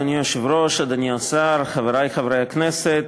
אדוני היושב-ראש, אדוני השר, חברי חברי הכנסת,